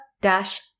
dash